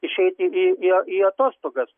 išeiti į į į atostogas